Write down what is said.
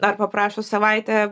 ar paprašo savaitę